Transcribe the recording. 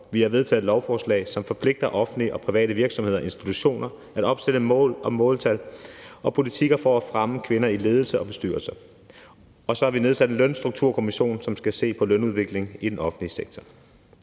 vi har vedtaget et lovforslag, som forpligter offentlige og private virksomheder og institutioner til at opstille mål og måltal og politikker for at fremme kvinder i ledelser og bestyrelser; og vi har nedsat en lønstrukturkommission, som skal se på lønudviklingen i den offentlige sektor.